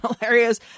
hilarious